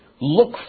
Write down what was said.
look